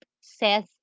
says